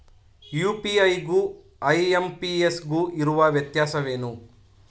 UPI ಗು IMPS ಗು ಇರುವ ವ್ಯತ್ಯಾಸವೇನು?